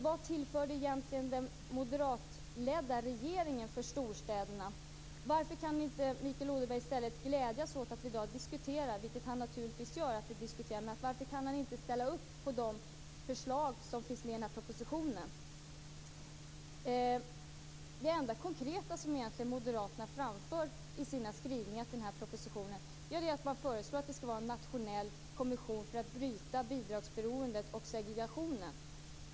Vad tillförde egentligen den moderatledda regeringen storstäderna, och varför kan Mikael Odenberg inte i stället för att bara glädjas åt att vi i dag har den här diskussionen också ställa upp på de förslag som finns med i propositionen? Det enda konkreta som moderaterna med anledning av propositionen egentligen framför i sina skrivningar är förslag om en nationell kommission för att bryta bidragsberoendet och segregationen.